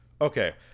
okay